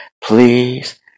Please